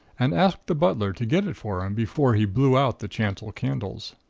and asked the butler to get it for him before he blew out the chancel candles.